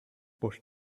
but